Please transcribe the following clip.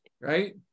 right